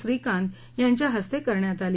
श्रीकांत यांच्या हस्ते करण्यात आली